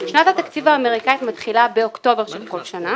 שנת התקציב האמריקנית מתחילה באוקטובר של כל שנה,